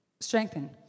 strengthen